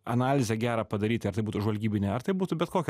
analizę gerą padaryt ar tai būtų žvalgybinė ar tai būtų bet kokia